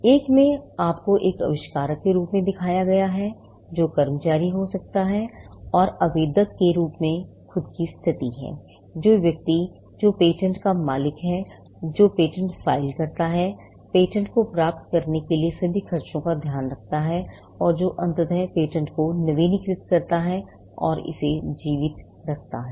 एक में आपको एक आविष्कारक के रूप में दिखाया गया है जो कर्मचारी हो सकता है और आवेदक के रूप में खुद की स्थिति है जो व्यक्ति जो पेटेंट का मालिक है जो पेटेंट फाइल करता है पेटेंट को प्राप्त करने के लिए सभी खर्चों का ध्यान रखता है और जो अंततः पेटेंट को नवीनीकृत करता है और इसे जीवित रखता है